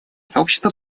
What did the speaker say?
сообщества